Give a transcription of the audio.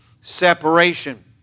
separation